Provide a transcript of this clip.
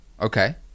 Okay